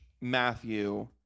Matthew